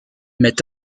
met